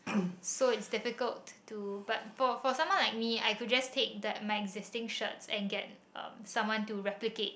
so it's difficult to but for for someone like me I could just take the my existing shirts and get um someone to replicate